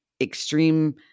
extreme